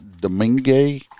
Domingue